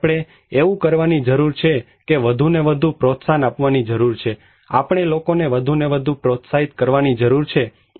તેથી આપણે એવું કરવાની જરૂર છે કે વધુ ને વધુ પ્રોત્સાહન આપવાની જરૂર છે આપણે લોકોને વધુને વધુ પ્રોત્સાહિત કરવાની જરૂર છે